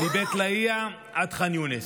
מבית לאהיה עד ח'אן יונס,